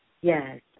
Yes